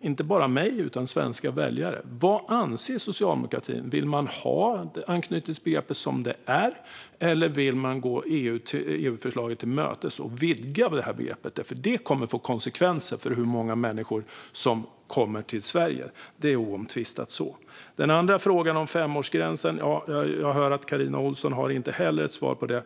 inte bara till mig utan till svenska väljare: Vad anser socialdemokratin? Vill man ha kvar anknytningsbegreppet som det är, eller vill man gå EU-förslaget till mötes och vidga begreppet? Det kommer ju att få konsekvenser för hur många människor som kommer till Sverige. Det är oomtvistat. När det gäller den andra frågan, om femårsgränsen, hör jag att Carina Ohlsson inte heller har svar.